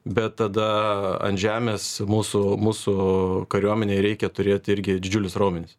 bet tada ant žemės mūsų mūsų kariuomenei reikia turėt irgi didžiulius raumenis